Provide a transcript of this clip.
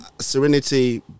serenity